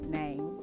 name